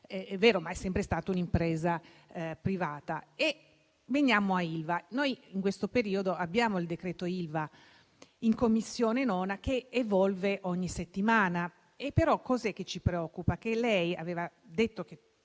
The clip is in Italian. vero, ma è sempre stata un'impresa privata. Veniamo a Ilva. In questo periodo abbiamo il decreto Ilva in 9a Commissione che evolve ogni settimana, però cos'è che ci preoccupa? Lei aveva detto che